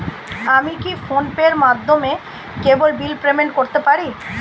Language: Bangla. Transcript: আমি কি ফোন পের মাধ্যমে কেবল বিল পেমেন্ট করতে পারি?